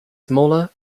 smaller